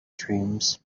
dreams